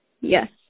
Yes